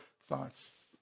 thoughts